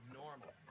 normal